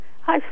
Hi